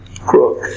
Crook